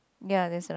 ya there's